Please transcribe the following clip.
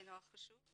מאוד חשוב,